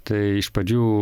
tai iš pradžių